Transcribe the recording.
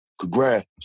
congrats